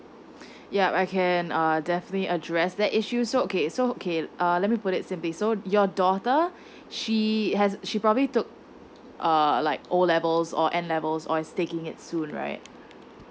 yup I can err definitely address that issue so okay so okay uh let me put it simply so your daughter she has~ she probably took err like O levels or N levels or is taking it soon right